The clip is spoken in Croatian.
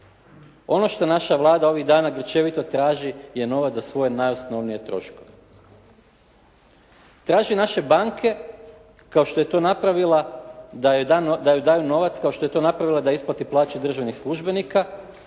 Ono što naša Vlada ovih dana grčevito traži je novac za svoje najosnovnije troškove. Traži naše banke kao što je to napravila, da ju daju novac kao što je to napravila da isplati plaće državnim službenika,